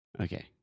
Okay